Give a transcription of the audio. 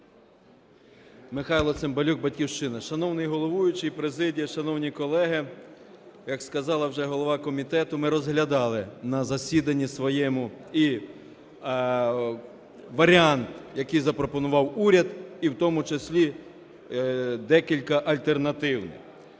Михайло Цимбалюк, "Батьківщина". Шановний головуючий, президія, шановні колеги. Як сказала вже голова комітету, ми розглядали на засіданні своєму і варіант, який запропонував уряд, і в тому числі декілька альтернативних.